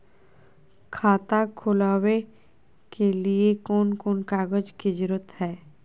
खाता खोलवे के लिए कौन कौन कागज के जरूरत है?